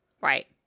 Right